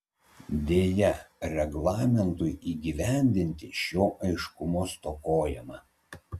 deja reglamentui įgyvendinti šio aiškumo stokojama